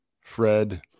Fred